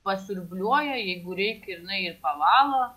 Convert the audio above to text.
pasiurbliuoja jeigu reik jinai ir pavalo